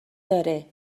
داره